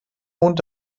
mond